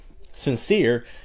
sincere